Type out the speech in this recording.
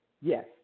Yes